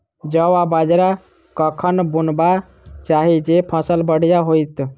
जौ आ बाजरा कखन बुनबाक चाहि जँ फसल बढ़िया होइत?